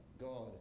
God